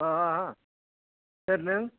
ओ सोर नों